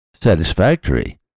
satisfactory